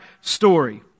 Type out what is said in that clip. story